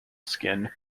skin